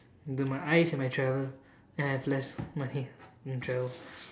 they're my eyes when I travel then I have less money when I travel